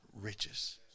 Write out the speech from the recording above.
riches